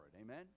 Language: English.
amen